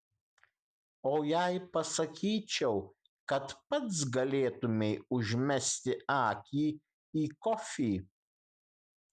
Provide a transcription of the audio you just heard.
o jei pasakyčiau kad pats galėtumei užmesti akį į kofį